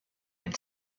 had